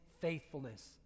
faithfulness